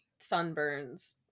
sunburns